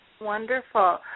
Wonderful